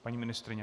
Paní ministryně.